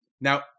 Now